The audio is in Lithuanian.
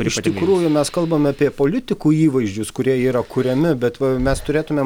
ir iš tikrųjų mes kalbame apie politikų įvaizdžius kurie yra kuriami bet va mes turėtumėm